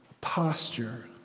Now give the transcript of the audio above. posture